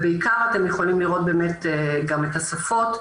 אתם יכולים לראות גם את השפות,